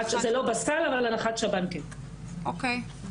זה לא בסל, אבל הנחת שב"ן כן.